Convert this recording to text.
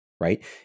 right